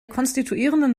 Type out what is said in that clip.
konstituierenden